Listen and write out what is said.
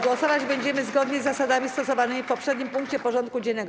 Głosować będziemy zgodnie z zasadami stosowanymi w poprzednim punkcie porządku dziennego.